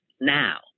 now